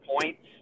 points